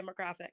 demographic